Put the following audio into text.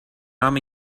arm